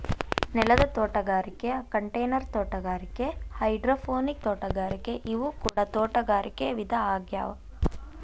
ನೆಲದ ತೋಟಗಾರಿಕೆ ಕಂಟೈನರ್ ತೋಟಗಾರಿಕೆ ಹೈಡ್ರೋಪೋನಿಕ್ ತೋಟಗಾರಿಕೆ ಇವು ಕೂಡ ತೋಟಗಾರಿಕೆ ವಿಧ ಆಗ್ಯಾವ